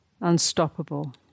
unstoppable